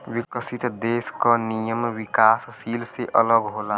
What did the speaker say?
विकसित देश क नियम विकासशील से अलग होला